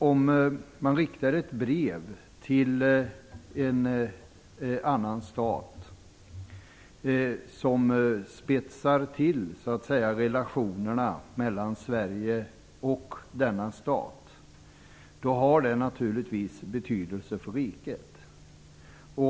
Om man riktar ett brev till en annan stat som spetsar till relationerna mellan Sverige och denna stat har det naturligtvis betydelse för riket.